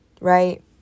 right